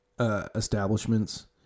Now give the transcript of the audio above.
establishments